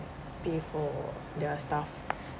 pay for their stuff